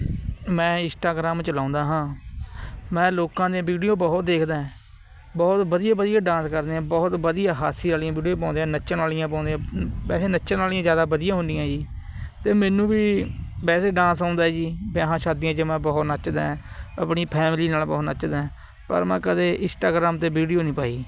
ਮੈਂ ਇੰਸਟਾਗ੍ਰਾਮ ਚਲਾਉਂਦਾ ਹਾਂ ਮੈਂ ਲੋਕਾਂ ਦੀਆਂ ਵੀਡੀਓ ਬਹੁਤ ਦੇਖਦਾ ਹਾਂ ਬਹੁਤ ਵਧੀਆ ਵਧੀਆ ਡਾਂਸ ਕਰਦੇ ਆ ਬਹੁਤ ਵਧੀਆ ਹਾਸੇ ਵਾਲੀਆਂ ਵੀਡੀਓ ਵੀ ਪਾਉਂਦੇ ਆ ਨੱਚਣ ਵਾਲੀਆਂ ਪਾਉਂਦੇ ਆ ਵੈਸੇ ਨੱਚਣ ਵਾਲੀਆਂ ਜ਼ਿਆਦਾ ਵਧੀਆ ਹੁੰਦੀਆਂ ਜੀ ਅਤੇ ਮੈਨੂੰ ਵੀ ਵੈਸੇ ਡਾਂਸ ਆਉਂਦਾ ਜੀ ਵਿਆਹਾਂ ਸ਼ਾਦੀਆਂ 'ਚ ਮੈਂ ਬਹੁਤ ਨੱਚਦਾ ਆਪਣੀ ਫੈਮਲੀ ਨਾਲ ਬਹੁਤ ਨੱਚਦਾ ਪਰ ਮੈਂ ਕਦੇ ਇੰਸਟਾਗ੍ਰਾਮ 'ਤੇ ਵੀਡੀਓ ਨਹੀਂ ਪਾਈ